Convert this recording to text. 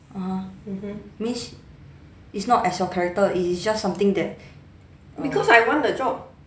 (uh huh) means it's not as your character is just something that err